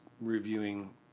reviewing